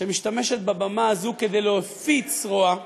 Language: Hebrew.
שמשתמשת בבמה הזאת כדי להפיץ רוע.